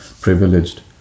privileged